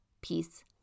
peace